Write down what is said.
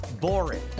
boring